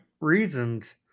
reasons